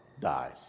dies